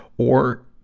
or,